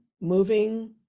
moving